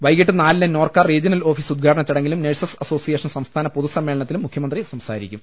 വൈകീട്ട് നാലിന് Norka regional office ഉദ്ഘാടന ചടങ്ങിലും നഴ്സസ് അസോസിയേഷൻ സംസ്ഥാന പൊതുസമ്മേളന ത്തിലും മുഖ്യമന്ത്രി സംസാരിക്കും